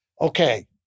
okay